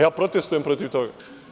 Ja protestujem protiv toga.